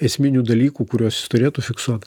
esminių dalykų kuriuos jis turėtų fiksuot